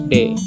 Day